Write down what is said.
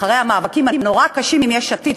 אחרי המאבקים הנורא-קשים עם יש עתיד,